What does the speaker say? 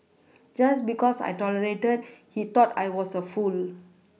just because I tolerated he thought I was a fool